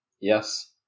yes